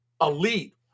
elite